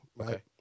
Okay